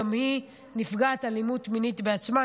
גם היא נפגעת אלימות מינית בעצמה,